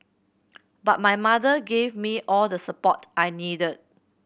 but my mother gave me all the support I needed